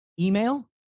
email